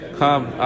come